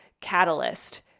catalyst